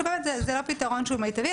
שבאמת זה לא פתרון שהוא מיטבי.